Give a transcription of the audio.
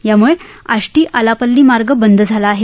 यामुळे आष्टी आलापल्ली मार्ग बंद झाला आहे